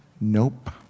Nope